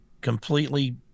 completely